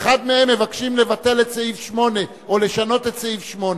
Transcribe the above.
באחד מהם מבקשים לבטל את סעיף 8 או לשנות את סעיף 8